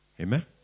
Amen